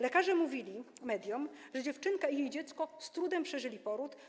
Lekarze mówili mediom, że dziewczynka i jej dziecko z trudem przeżyli poród.